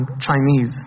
Chinese